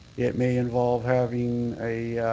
it may involve having a